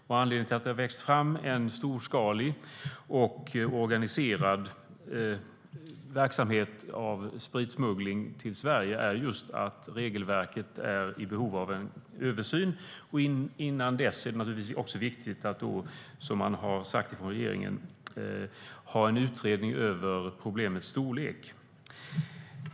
Anledningen till att det har växt fram en storskalig och organiserad verksamhet av spritsmuggling till Sverige är att regelverket är i behov av en översyn. Innan dess är det naturligtvis viktigt, som regeringen har sagt, att ha en utredning om problemets storlek.